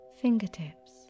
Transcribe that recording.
Fingertips